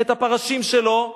את הפרשים שלו.